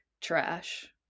trash